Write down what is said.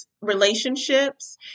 relationships